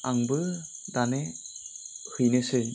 आंबो दाने हैनोसै